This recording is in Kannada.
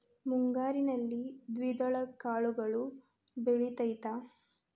ಮುಂಗಾರಿನಲ್ಲಿ ದ್ವಿದಳ ಕಾಳುಗಳು ಬೆಳೆತೈತಾ?